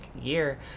year